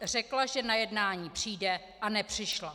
Řekla, že na jednání přijde, a nepřišla.